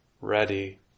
ready